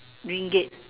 ringgit